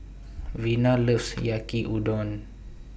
Vina loves Yaki Udon